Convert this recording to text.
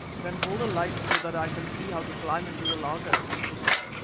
then hold a light so that i can see how to climb into the laager, he said.